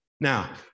Now